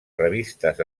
revistes